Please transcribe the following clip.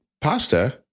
pasta